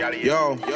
yo